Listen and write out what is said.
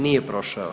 Nije prošao.